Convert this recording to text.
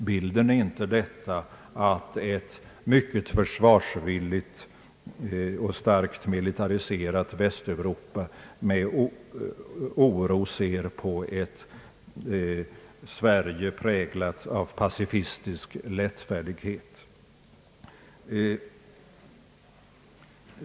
Bilden är inte att ett mycket försvarsvilligt och starkt militariserat Västeuropa med oro ser på ett Sverige, präglat av pacifistisk lättfärdighet.